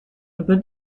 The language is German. über